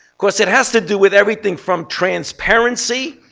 course, it has to do with everything from transparency,